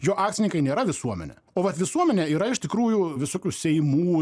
jo akcininkai nėra visuomenė o vat visuomenė yra iš tikrųjų visokių seimų